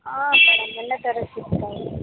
ಹಾಂ ಮೇಡಮ್ ಎಲ್ಲ ಥರ ಸಿಗ್ತಾವೆ